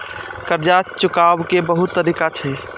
कर्जा चुकाव के बहुत तरीका छै?